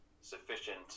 sufficient